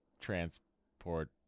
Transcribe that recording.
transport